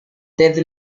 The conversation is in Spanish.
ted